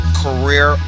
career